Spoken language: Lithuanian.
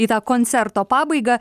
į tą koncerto pabaigą